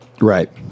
Right